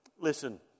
Listen